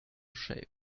shape